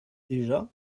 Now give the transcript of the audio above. déjà